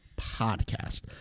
podcast